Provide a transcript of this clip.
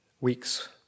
week's